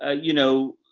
ah you know,